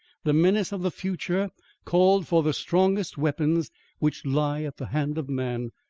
the menace of the future called for the strongest weapons which lie at the hand of man.